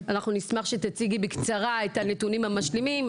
והמידע, נשמח שתציגי בקצרה את הנתונים המשלימים.